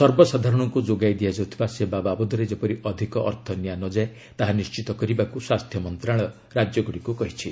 ସର୍ବସାଧାରଣଙ୍କୁ ଯୋଗାଇ ଦିଆଯାଉଥିବା ସେବା ବାବଦରେ ଯେପରି ଅଧିକ ଅର୍ଥ ନିଆ ନଯାଏ ତାହା ନିଶ୍ଚିତ କରିବାକୁ ସ୍ୱାସ୍ଥ୍ୟ ମନ୍ତ୍ରଣାଳୟ ରାଜ୍ୟଗୁଡ଼ିକୁ କହିଛି